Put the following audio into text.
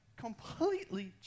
completely